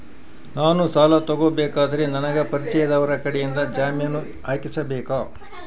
ನಾನು ಸಾಲ ತಗೋಬೇಕಾದರೆ ನನಗ ಪರಿಚಯದವರ ಕಡೆಯಿಂದ ಜಾಮೇನು ಹಾಕಿಸಬೇಕಾ?